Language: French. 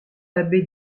abbé